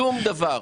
שום דבר.